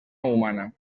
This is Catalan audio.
humana